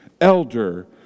elder